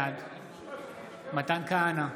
בעד מתן כהנא,